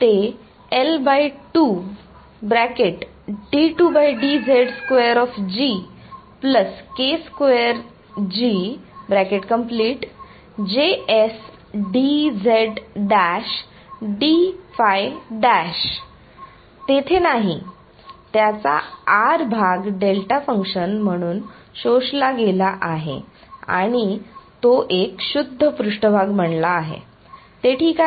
तेथे नाही त्याचा r भाग डेल्टा फंक्शन म्हणून शोषला गेला आहे आणि तो एक शुद्ध पृष्ठभाग बनला आहे ते ठीक आहे